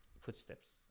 footsteps